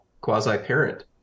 quasi-parent